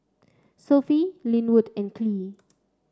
Sophie Linwood and Kylee